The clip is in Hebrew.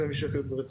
זה לשמר את הרציפות.